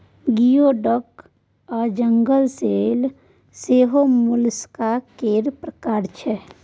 गियो डक आ जंगल सेल सेहो मोलस्का केर प्रकार छै